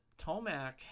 Tomac